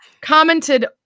commented